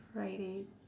fried egg